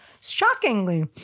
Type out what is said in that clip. shockingly